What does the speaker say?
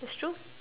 that's true